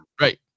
right